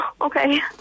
okay